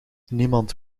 niemand